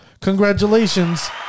congratulations